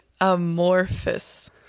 amorphous